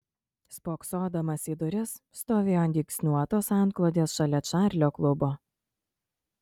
spoksodamas į duris stovėjo ant dygsniuotos antklodės šalia čarlio klubo